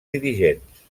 dirigents